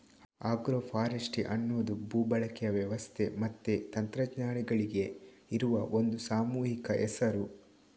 agro forestry ಅನ್ನುದು ಭೂ ಬಳಕೆಯ ವ್ಯವಸ್ಥೆ ಮತ್ತೆ ತಂತ್ರಜ್ಞಾನಗಳಿಗೆ ಇರುವ ಒಂದು ಸಾಮೂಹಿಕ ಹೆಸರು